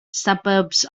suburbs